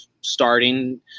starting